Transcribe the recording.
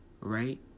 right